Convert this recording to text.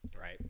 right